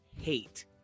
hate